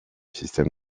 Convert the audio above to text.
système